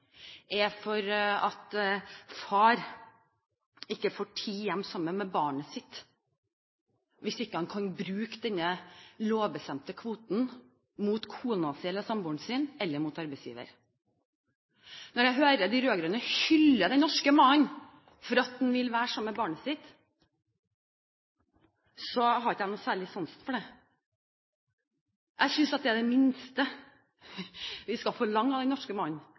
er at far ikke får tid hjemme sammen med barnet sitt hvis han ikke kan bruke denne lovbestemte kvoten mot kona si eller samboeren sin eller mot arbeidsgiver. Når jeg hører de rød-grønne hyller den norske mannen fordi han vil være sammen med barnet sitt, har jeg ikke noe særlig sansen for det. Jeg synes det er det minste vi skal forlange av den norske mannen.